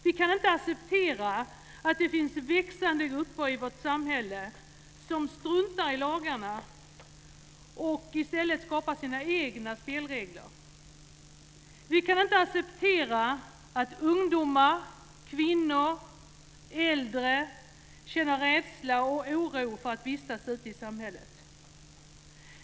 Vi kan inte acceptera att det finns växande grupper i vårt samhälle som struntar i lagarna och i stället skapar sina egna spelregler. Vi kan inte acceptera att ungdomar, kvinnor och äldre känner rädsla och oro för att vistas ute i samhället.